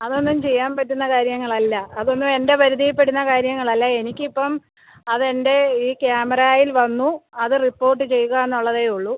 അത് ഒന്നും ചെയ്യാൻ പറ്റുന്ന കാര്യങ്ങൾ അല്ല അത് ഒന്നും എൻ്റെ പരിധിയിൽപ്പെടുന്ന കാര്യങ്ങളല്ല എനിക്കിപ്പം അത് എൻ്റെ ഈ ക്യാമറായിൽ വന്നു അത് റിപ്പോർട്ട് ചെയ്യുക എന്നുള്ളതേ ഉള്ളൂ